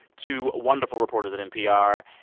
two wonderful reporters at npr.